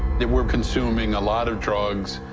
they were consuming a lot of drugs,